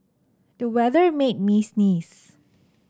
the weather made me sneeze